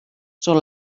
són